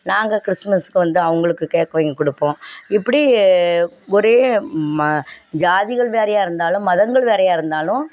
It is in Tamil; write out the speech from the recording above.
நாங்கள் கிறிஸ்மஸுக்கு வந்து அவங்களுக்கு கேக் வாங்கி கொடுப்போம் இப்படி ஒரே ம ஜாதிகள் வேறையாக இருந்தாலும் மதங்கள் வேறையாக இருந்தாலும்